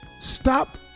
stop